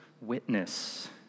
witness